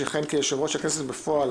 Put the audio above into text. שיכהן כיושב-ראש הכנסת בפועל